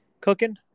cooking